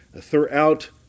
throughout